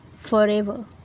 forever